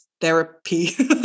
Therapy